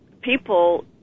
people